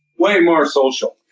way more social.